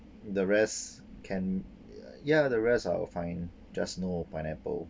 the rest can ya the rest are fine just no pineapple